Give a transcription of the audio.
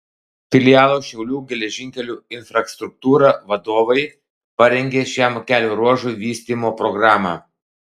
filialo šiaulių geležinkelių infrastruktūra vadovai parengė šiam kelio ruožui vystymo programą